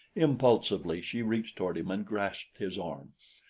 impulsively she reached toward him and grasped his arm.